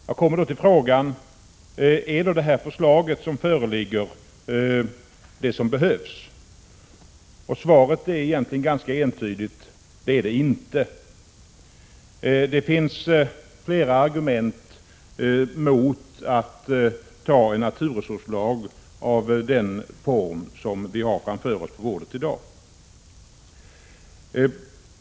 Jag kommer då till frågan: Är det förslag som föreligger det som behövs? Svaret är egentligen ganska entydigt — det är det inte. Det finns flera argument mot att anta en naturresurslag av den form som vi har framför oss på bordet i dag.